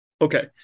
okay